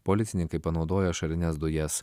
policininkai panaudojo ašarines dujas